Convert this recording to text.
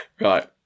Right